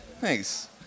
Thanks